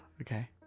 Okay